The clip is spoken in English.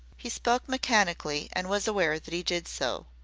he spoke mechanically, and was aware that he did so.